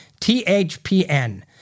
THPN